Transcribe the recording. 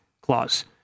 clause